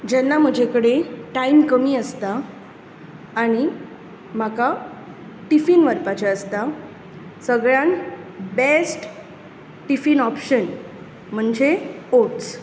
जेन्ना म्हजे कडेन टायम कमी आसता आनी म्हाका टिफिन व्हरपाचें आसता सगळ्यांत बेस्ट टिफिन ऑप्शन म्हणजे ओट्स